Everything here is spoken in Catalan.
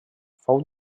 fou